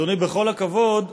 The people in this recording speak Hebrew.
אדוני, בכל הכבוד,